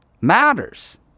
matters